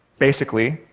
basically,